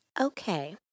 Okay